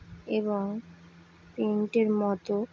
এবং প্রিন্টের মতো